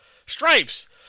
Stripes